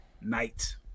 night